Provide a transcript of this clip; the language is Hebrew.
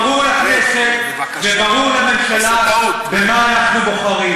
ברור לכנסת וברור לממשלה במה אנחנו בוחרים.